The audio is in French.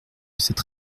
cette